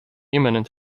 imminent